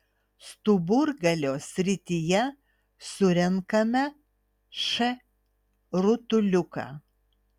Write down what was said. stuburgalio srityje surenkame š rutuliuką